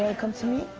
come to me?